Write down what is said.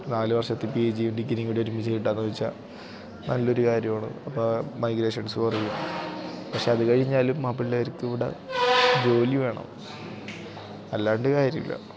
നാലു വർഷത്തെ P G degree കൂടി ഒരുമിച്ചു കിട്ടുകയെന്നുവച്ചാല് നല്ലൊരു കാര്യമാണ് അപ്പോള് മൈഗ്രേഷൻസ് കുറയും പക്ഷെ അതു കഴിഞ്ഞാലും ആ പിള്ളേർക്ക് ഇവിടെ ജോലി വേണം അല്ലാണ്ട് കാര്യമില്ല